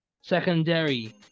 secondary